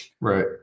right